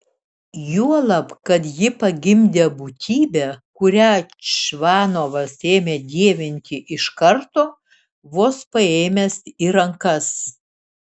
juolab kad ji pagimdė būtybę kurią čvanovas ėmė dievinti iš karto vos paėmęs į rankas